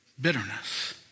bitterness